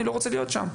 אני לא רוצה להיות שם.